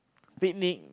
picnic